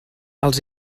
els